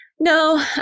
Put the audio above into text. no